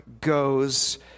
goes